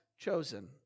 chosen